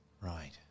Right